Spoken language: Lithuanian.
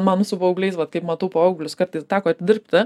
man su paaugliais vat kaip matau paauglius kartais teko dirbti